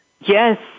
Yes